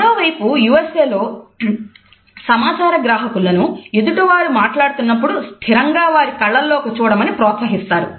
మరొకవైపు యూఎస్ఏ లో సమాచారగ్రాహకులను ఎదుటివారు మాట్లాడుతున్నప్పుడు స్థిరంగా వారి కళ్ళల్లోకి చూడమని ప్రోత్సహిస్తారు